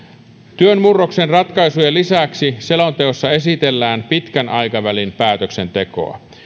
työn murroksen ratkaisujen lisäksi selonteossa esitellään pitkän aikavälin päätöksentekoa